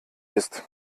ist